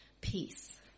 peace